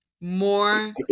more